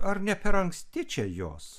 ar ne per anksti čia jos